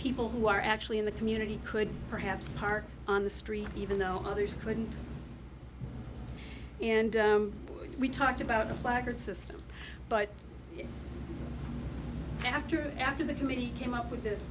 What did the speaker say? people who are actually in the community could perhaps park on the street even though others couldn't and we talked about the placard system but after after the committee came up with this